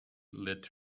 lit